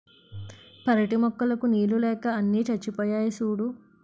పెరటి మొక్కలకు నీళ్ళు లేక అన్నీ చచ్చిపోయాయి సూడూ